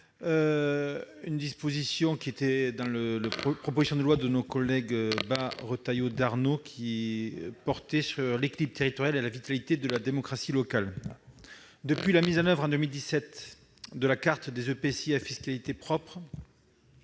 une disposition figurant dans la proposition de loi de nos collègues Bas, Retailleau et Darnaud, qui portait sur l'équilibre territorial et la vitalité de la démocratie locale. Depuis sa mise en oeuvre en 2017, la carte des EPCI à fiscalité propre